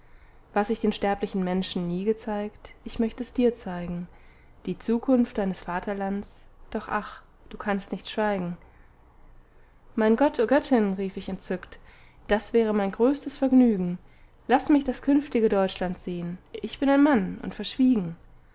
was ich den sterblichen menschen nie gezeigt ich möcht es dir zeigen die zukunft deines vaterlands doch ach du kannst nicht schweigen mein gott o göttin rief ich entzückt das wäre mein größtes vergnügen laß mich das künftige deutschland sehn ich bin ein mann und verschwiegen